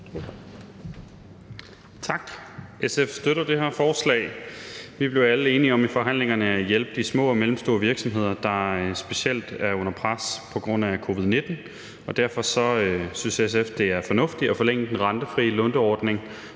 Tak. SF støtter det her lovforslag. Vi blev alle i forhandlingerne enige om at hjælpe de små og mellemstore virksomheder, der specielt er under pres på grund af covid-19, og derfor synes vi i SF, at det er fornuftigt at forlænge den rentefri låneordning